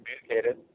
communicated